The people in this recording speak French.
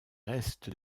restes